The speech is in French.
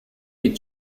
est